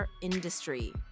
industry